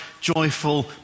joyful